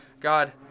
God